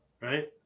right